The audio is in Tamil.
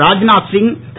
ராத்நாத் சிங் திரு